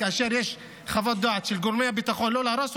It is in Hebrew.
כאשר יש חוות דעת של גורמי ביטחון לא להרוס,